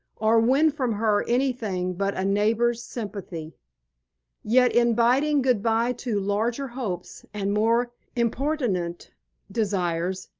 or win from her anything but a neighbour's sympathy yet in bidding good-bye to larger hopes and more importunate desires,